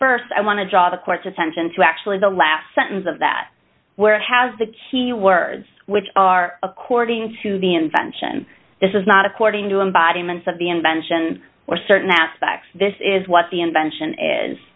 where st i want to draw the court's attention to actually the last sentence of that where it has the key words which are according to the invention this is not according to embody months of the invention or certain aspects this is what the invention is